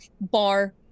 bar